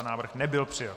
Návrh nebyl přijat.